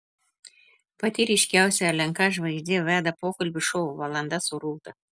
pati ryškiausia lnk žvaigždė veda pokalbių šou valanda su rūta